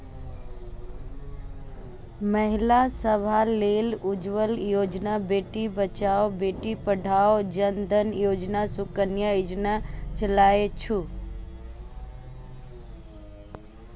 महिला सभ लेल उज्ज्वला योजना, बेटी बचाओ बेटी पढ़ाओ, जन धन योजना, सुकन्या योजना चलै छै